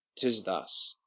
tis thus.